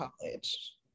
college